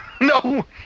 no